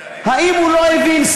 האם הוא לא הבין?